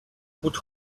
would